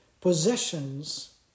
Possessions